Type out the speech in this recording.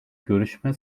görüşme